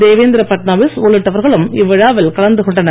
தேவேந்திர பட்நவீஸ் உள்ளிட்டவர்களும் இவ்விழாவில் கலந்து கொண்டனர்